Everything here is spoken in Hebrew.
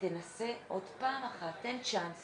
'תנסה עוד פעם אחת, תן צ'אנס